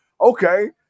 okay